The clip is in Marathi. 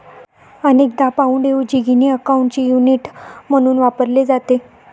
अनेकदा पाउंडऐवजी गिनी अकाउंटचे युनिट म्हणून वापरले जाते